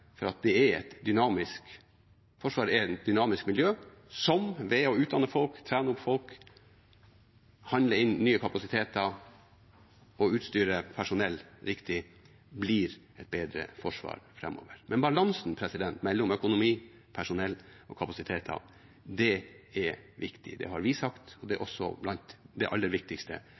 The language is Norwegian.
det er dynamisk. Forsvaret er et dynamisk miljø som ved å utdanne folk, trene opp folk, handle inn nye kapasiteter og utstyre personell riktig blir et bedre forsvar framover. Men balansen mellom økonomi, personell og kapasiteter er viktig. Det har vi sagt. Det er også blant det aller viktigste